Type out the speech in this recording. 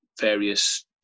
various